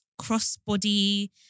crossbody